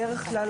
בדרך כלל,